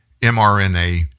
mRNA